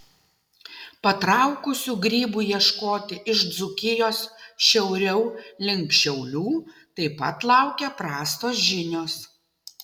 patraukusių grybų ieškoti iš dzūkijos šiauriau link šiaulių taip pat laukia prastos žinios